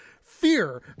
fear